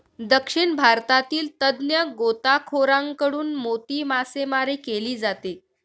दक्षिण भारतातील तज्ञ गोताखोरांकडून मोती मासेमारी केली जाते